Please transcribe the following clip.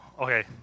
okay